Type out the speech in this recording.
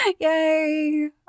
yay